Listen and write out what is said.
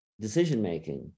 decision-making